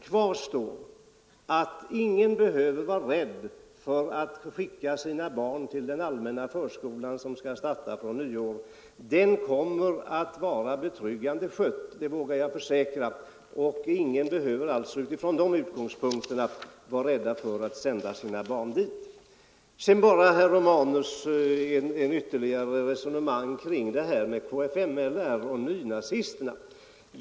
Kvar står att den allmänna förskolan, som skall starta efter nyår, kommer att vara betryggande skött — det vågar jag försäkra. Ingen behöver alltså från de utgångspunkterna vara rädd för att sända sina barn dit. Herr Romanus kom med ett ytterligare resonemang kring det här med kfmli och nynazisterna.